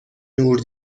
نور